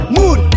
Mood